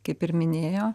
kaip ir minėjo